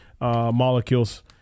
molecules